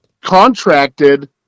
contracted